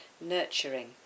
nurturing